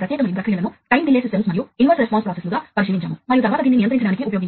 జోక్యాలు ఉంటాయి